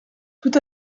tout